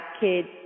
kids